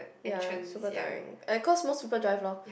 ya super tiring and cause most people drive lor